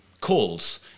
calls